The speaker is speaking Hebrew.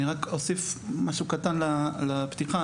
אני רק אוסיף משהו קטן לפתיחה.